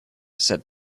said